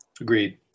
agreed